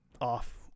off-